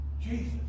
Jesus